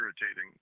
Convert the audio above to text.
irritating